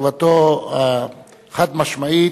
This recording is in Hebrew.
תשובתו החד-משמעית,